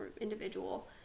individual